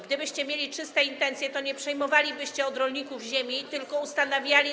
Gdybyście mieli czyste intencje, to nie przejmowalibyście od rolników ziemi, tylko ustanawialibyście.